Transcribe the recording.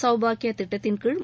சௌபாக்யா திட்டத்தின்கீழ்